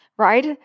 right